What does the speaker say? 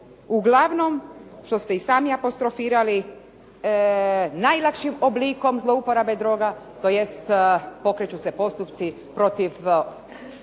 uglavnom što ste i sami apostrofirali najlakšim oblikom zlouporabe droga, tj. pokreću se postupci protiv